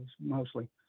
mostly